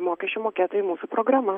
mokesčių mokėtojai mūsų programa